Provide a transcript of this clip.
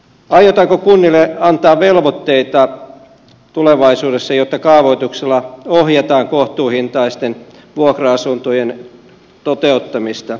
aiotaanko kunnille antaa velvoitteita tulevaisuudessa jotta kaavoituksella ohjataan kohtuuhintaisten vuokra asuntojen toteuttamista